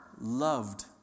loved